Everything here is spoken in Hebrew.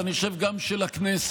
ואני חושב שגם של הכנסת,